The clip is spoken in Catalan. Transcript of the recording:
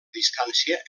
distància